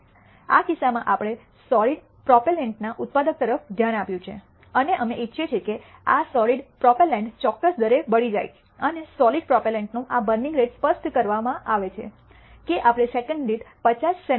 આ કિસ્સામાં આપણે સૉલિડ પ્રોપેલેન્ટના ઉત્પાદક તરફ ધ્યાન આપ્યું છે અને અમે ઇચ્છીએ છીએ કે આ સૉલિડ પ્રોપેલેન્ટ ચોક્કસ દરે બળી જાય અને સૉલિડ પ્રોપેલેન્ટનો આ બર્નિંગ રેટ સ્પષ્ટ કરવા દેવામાં આવે છે કે આપણે સેકન્ડ દીઠ 50 સે